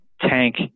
tank